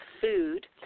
food